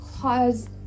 cause